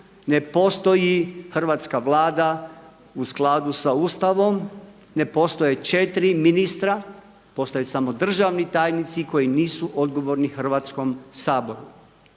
ne postoji hrvatska Vlada u skladu sa Ustavom, ne postoje 4 ministra, postoje samo državni tajnici koji nisu odgovorni Hrvatskom saboru.